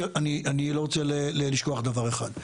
אני לא רוצה לשכוח דבר אחד,